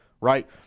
right